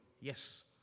Yes